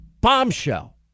Bombshell